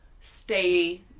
stay